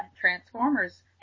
Transformers